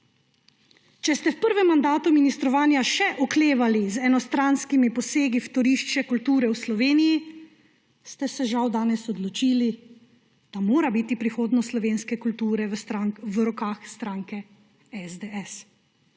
Če ste v prvem mandatu ministrovanja še oklevali z enostranskimi posegi v torišče kulture v Sloveniji, ste se žal danes odločili, da mora biti prihodnost slovenske kulture v rokah stranke SDS.